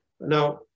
now